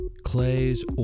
clays